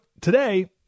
today